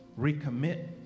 recommit